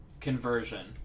conversion